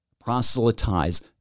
proselytize